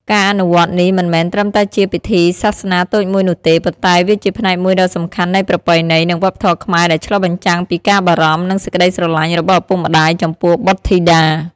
ការអនុវត្តនេះមិនមែនត្រឹមតែជាពិធីសាសនាតូចមួយនោះទេ ប៉ុន្តែវាជាផ្នែកមួយដ៏សំខាន់នៃប្រពៃណី និងវប្បធម៌ខ្មែរដែលឆ្លុះបញ្ចាំងពីការបារម្ភ និងសេចក្តីស្រឡាញ់របស់ឪពុកម្តាយចំពោះបុត្រធីតា។